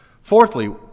Fourthly